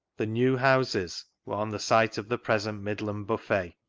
the new houses were on the site of the present midland buffet.